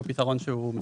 שהוא פתרון מספק.